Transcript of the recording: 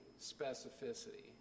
specificity